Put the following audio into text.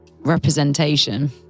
representation